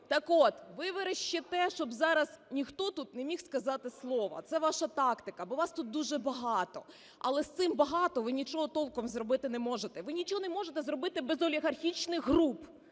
Так от, ви верещите, щоб зараз ніхто тут не міг сказати слова. Це ваша тактика, бо вас тут дуже багато, але з цим "багато" ви нічого толком зробити не можете. Ви нічого не можете зробити без олігархічних груп,